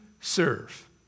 serve